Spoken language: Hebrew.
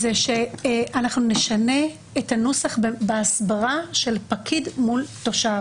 שאנחנו נשנה את הנוסח בהסברה של פקיד מול תושב